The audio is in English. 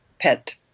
pet